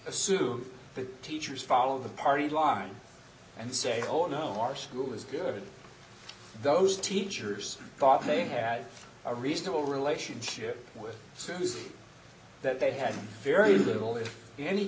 assume the teachers follow the party line and say oh no our school is good those teachers taught me had a reasonable relationship with susan that they had very little if any